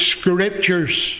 scriptures